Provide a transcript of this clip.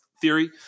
theory